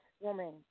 woman